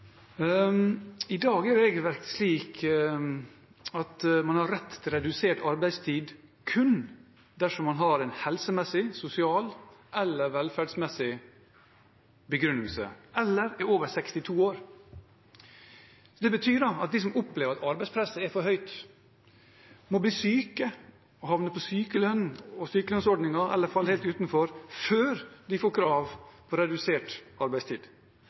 I dag er regelverket slik at man har rett til redusert arbeidstid kun dersom man har en helsemessig, sosial eller velferdsmessig begrunnelse eller er over 62 år. Det betyr at de som opplever at arbeidspresset er for stort, må bli syke og havne på sykelønn og sykelønnsordninger eller falle helt utenfor før de har krav på redusert arbeidstid.